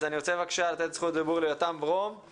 אז אני רוצה בבקשה לתת זכות דיבור ליותם ברום,